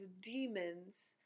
demons